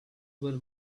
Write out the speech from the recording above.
were